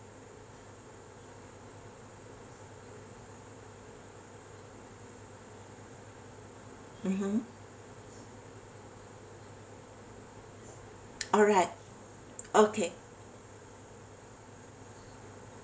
mmhmm alright okay